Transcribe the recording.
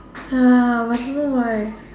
uh why haven't why